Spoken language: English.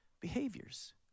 behaviors